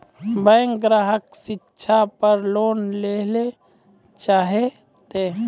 Bank ग्राहक शिक्षा पार लोन लियेल चाहे ते?